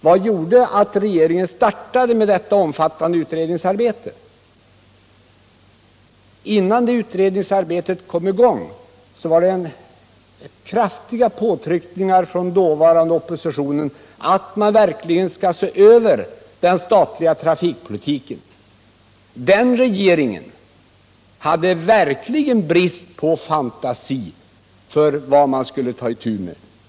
Varför startade den detta omfattande utredningsarbete? Innan det utredningsarbetet kom i gång krävdes det kraftiga påtryckningar från den dåvarande oppositionen om att man verkligen skulle se över den statliga trafikpolitiken. Den regeringen hade sannerligen brist på fantasi när det gällde vad den skulle ta itu med.